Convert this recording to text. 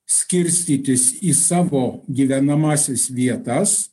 skirstytis į savo gyvenamąsias vietas